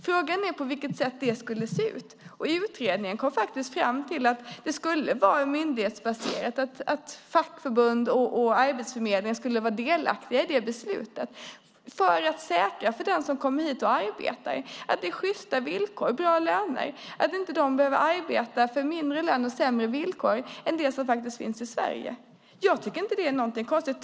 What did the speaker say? Frågan var hur det skulle se ut, och utredningen kom fram till att det skulle vara myndighetsbaserat och att fackförbund och Arbetsförmedlingen skulle vara delaktiga i beslutet för att säkra för den som kommer hit och arbetar att det är sjysta villkor, bra löner och att de inte behöver arbeta för mindre lön och sämre villkor än de som finns för dem som kommer från Sverige. Jag tycker inte att det är konstigt.